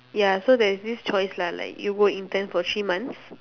ya so there is this choice lah like you go intern for three months